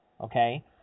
okay